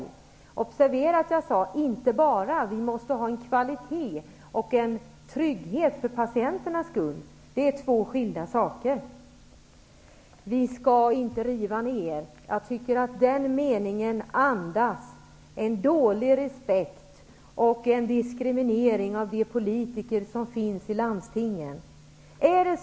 Observera att jag sade ''än bara''. Vi måste ha en kvalitet och en trygghet för patienternas skull. Det är två skilda saker. Vi skall inte riva ner. Jag tycker att den meningen andas dålig respekt och en diskriminering av de politiker som finns i landstingen.